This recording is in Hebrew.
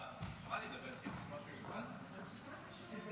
אתה